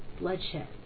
bloodshed